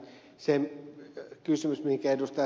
se kysymys mihin ed